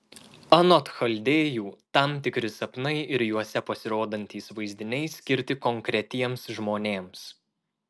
anot chaldėjų tam tikri sapnai ir juose pasirodantys vaizdiniai skirti konkretiems žmonėms